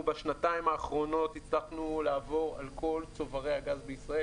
אנחנו בשנתיים האחרונות הצלחנו לעבור על כל צוברי הגז בישראל,